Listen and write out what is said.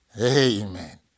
amen